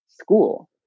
school